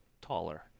taller